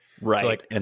Right